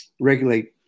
regulate